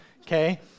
okay